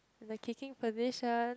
kicking position